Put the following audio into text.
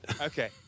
Okay